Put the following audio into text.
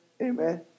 Amen